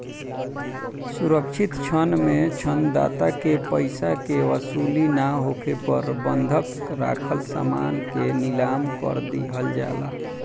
सुरक्षित ऋण में ऋण दाता के पइसा के वसूली ना होखे पर बंधक राखल समान के नीलाम कर दिहल जाला